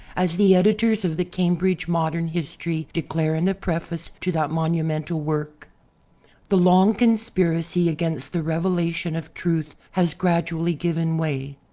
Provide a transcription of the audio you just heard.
as the editors of the cambridge modern history declare in the preface to that monumental work the long conspiracy against the revelation of truth has gradually given way.